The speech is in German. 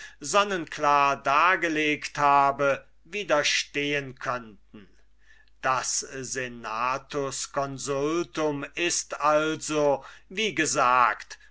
sonnenklar dargelegt habe widerstehen könnten das senatusconsultum ist also wie gesagt